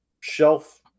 shelf